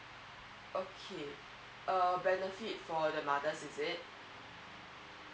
okay uh benefit for the mothers is it